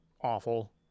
awful